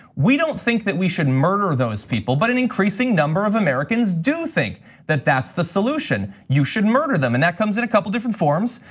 we don't think that we should murder those people, but an increasing number of americans do think that that's the solution, you should murder them. and that comes in a couple different forms.